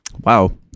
Wow